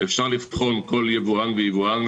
לבחון כל יבואן ויבואן,